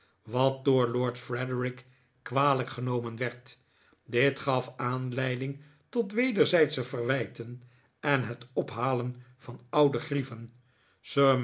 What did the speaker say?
wat door lord frederik kwalijk genomen werd dit gaf aanleiding tot wederzijdsche verwijten en het ophalen van oude grieven sir